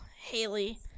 Haley